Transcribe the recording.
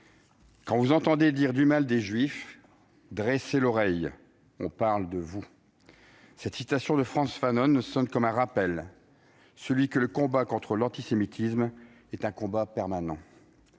« Quand vous entendez dire du mal des Juifs, dressez l'oreille, on parle de vous ». Cette citation de Frantz Fanon sonne comme un rappel : le combat contre l'antisémitisme est un combat permanent,